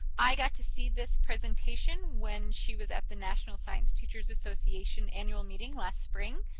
i got to see this presentation when she was at the national science teachers association annual meeting last spring,